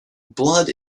blood